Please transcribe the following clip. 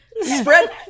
spread